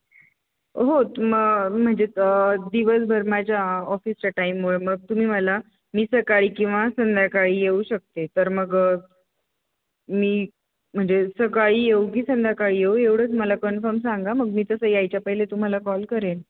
हो मग म्हणजे दिवसभर माझ्या ऑफिसच्या टाईममुळे मग तुम्ही मला मी सकाळी किंवा संध्याकाळी येऊ शकते तर मग मी म्हणजे सकाळी येऊ की संध्याकाळी येऊ एवढंच मला कन्फर्म सांगा मग मी तसं यायच्या पहिले तुम्हाला कॉल करेन